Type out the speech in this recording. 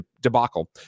debacle